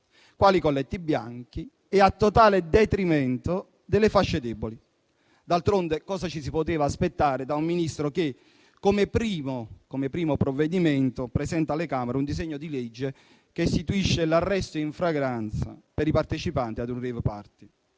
quali i colletti bianchi, e a totale detrimento delle fasce deboli. D'altronde, cosa ci si poteva aspettare da un Ministro che, come primo provvedimento, presenta alle Camere un disegno di legge che istituisce l'arresto in flagranza per i partecipanti a un *rave party*?